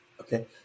Okay